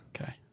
Okay